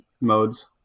modes